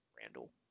Randall